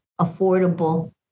affordable